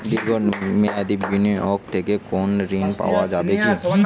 দীর্ঘ মেয়াদি বিনিয়োগ থেকে কোনো ঋন পাওয়া যাবে কী?